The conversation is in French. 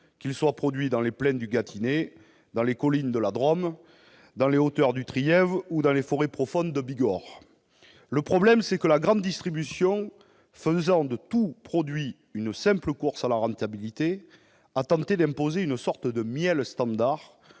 qu'ils soient produits dans les plaines du Gâtinais, dans les collines de la Drôme, dans les hauteurs du Trièves ou dans les forêts profondes de Bigorre. Le problème, c'est que la grande distribution faisant de tout produit une simple course à la rentabilité a tenté d'imposer une sorte de « miel standard